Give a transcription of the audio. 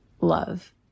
love